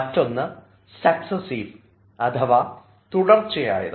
മറ്റൊന്ന് സക്സ്സസീവ് അഥവാ തുടർച്ചയായത്